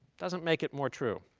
doesn't make it more true.